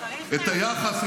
היחס,